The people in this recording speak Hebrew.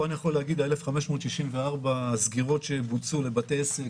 פה אני יכול להגיד ש-1,564 הסגירות שבוצעו לבתי עסק,